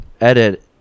edit